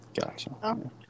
Gotcha